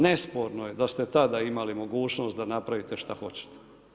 Nesporno je da ste tada imali mogućnost da napravite što hoćete.